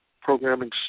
programming